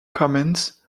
comments